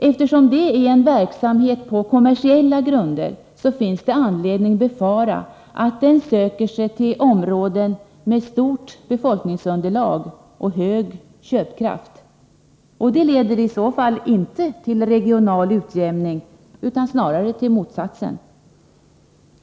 Eftersom detta är en verksamhet på kommersiella grunder, finns det anledning befara att den söker sig till områden med stort befolkningsunderlag och hög köpkraft. Det leder i så fall inte till regional utjämning utan snarare till motsatsen.